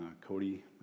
cody